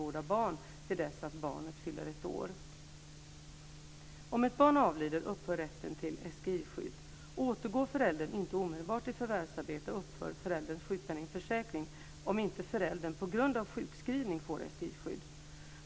Återgår föräldern inte omedelbart i förvärvsarbete upphör förälderns sjukpenningförsäkring, om inte föräldern på grund av sjukskrivning får SGI-skydd.